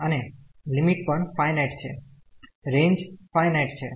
અને લિમિટ પણ ફાયનાઈટ છે રેન્જ ફાયનાઈટ છે